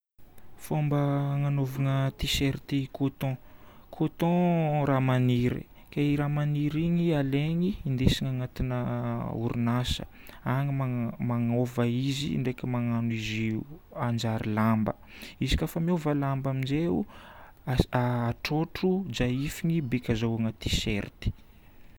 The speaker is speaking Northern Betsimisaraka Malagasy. Fomba anaovana T-shirt coton. Coton raha magniry. Ka io raha magniry igny alaigny indesiny agnatina orinasa. Agny manova izy ndraiky magnano izy hanjary lamba. Izy koafa miova lamba amin'izay, atrôtro, jaifiny beka azahoagna T-shirt.